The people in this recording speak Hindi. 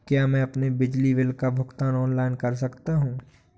क्या मैं अपने बिजली बिल का भुगतान ऑनलाइन कर सकता हूँ?